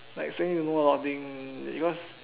like expect me to know a lot of thing because